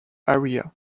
area